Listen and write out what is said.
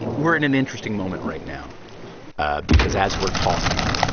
ah we're in an interesting moment right now because as we're talking,